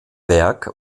werk